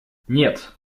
нет